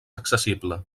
accessible